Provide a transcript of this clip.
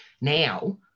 Now